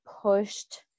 pushed